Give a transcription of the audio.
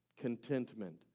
contentment